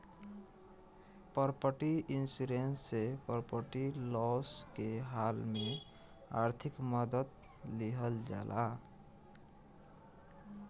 property insurance से property loss के हाल में आर्थिक मदद लीहल जाला